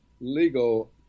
legal